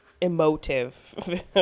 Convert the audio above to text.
emotive